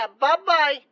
Bye-bye